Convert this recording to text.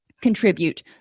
contribute